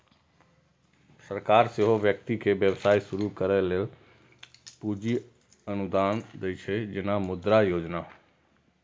सरकार सेहो व्यक्ति कें व्यवसाय शुरू करै लेल पूंजी अनुदान दै छै, जेना मुद्रा योजना